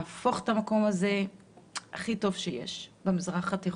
להפוך את המקום הזה להכי טוב שיש במזרח התיכון.